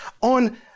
on